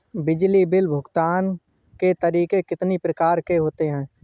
बिजली बिल भुगतान के तरीके कितनी प्रकार के होते हैं?